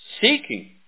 seeking